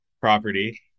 property